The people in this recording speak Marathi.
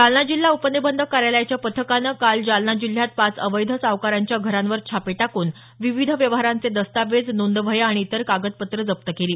जालना जिल्हा उपनिबंधक कार्यालयाच्या पथकानं काल जालना जिल्ह्यात पाच अवैध सावकारांच्या घरांवर छापे टाकून विविध व्यवहारांचे दस्तावेज नोंदवह्या आणि इतर कागदपत्रं जप्त केली